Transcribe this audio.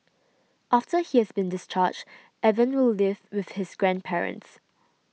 after he has been discharged Evan will live with his grandparents